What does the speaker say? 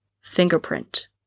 fingerprint